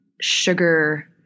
sugar